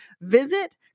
visit